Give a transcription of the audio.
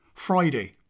Friday